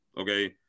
Okay